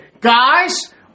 guys